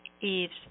Eve's